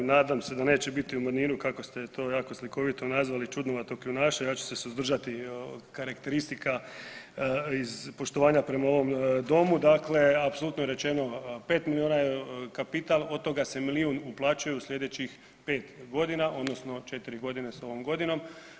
Nadam se da neće biti u maniru kako ste to jako slikovito nazvali, čudnovatog kljunaša, ja ću se suzdržati od karakteristika iz poštovanja prema ovom Domu, dakle, apsolutno je rečeno 5 milijuna je kapital, od toga se milijun uplaćuje u sljedećih 5 godina, odnosno 4 godine s ovom godinom.